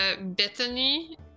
bethany